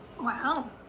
Wow